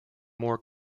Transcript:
more